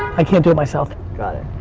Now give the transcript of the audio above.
i can't do it myself. got it.